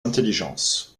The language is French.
intelligences